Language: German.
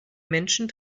menschen